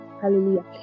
Hallelujah